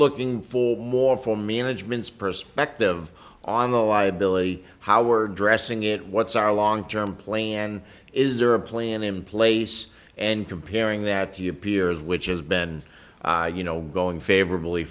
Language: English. looking for more for management's perspective on the liability how are dressing it what's our long term plan is there a plan in place and comparing that to your peers which is ben you know going favorably